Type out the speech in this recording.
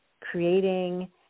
creating